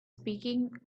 speaking